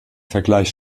vergleich